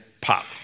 pop